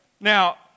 Now